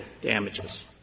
damages